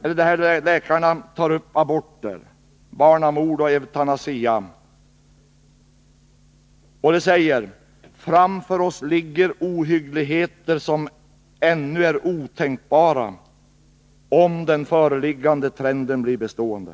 Författarna tar upp företeelserna aborter, barnamord och eutanasi, och de säger: Framför oss ligger ohyggligheter, som ännu är otänkbara, om den föreliggande trenden blir bestående.